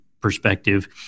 perspective